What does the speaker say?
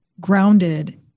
grounded